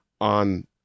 on